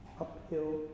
uphill